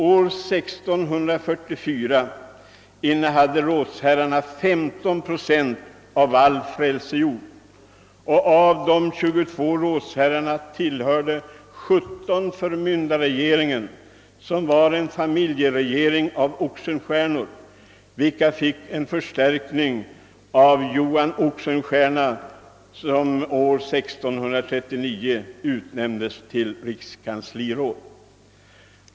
År 1644 innehade rådsherrarna 15 procent av all frälsejord, och av de 22 rådsherrarna tillhörde 17 förmyndarregeringen, som var en familjeregering av Oxenstiernor, vilken fick förstärkning av Johan Oxenstierna, som år 1639 utnämndes till rikskansliråd.